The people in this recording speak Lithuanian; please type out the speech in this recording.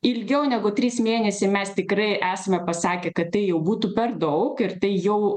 ilgiau negu trys mėnesiai mes tikrai esame pasakę kad tai jau būtų per daug ir tai jau